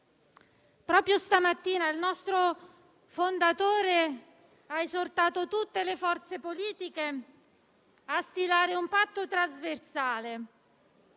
Proprio stamattina, il nostro fondatore ha esortato tutte le forze politiche a stilare un patto trasversale